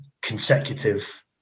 consecutive